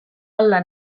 alla